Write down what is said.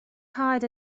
hired